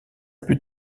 plus